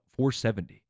470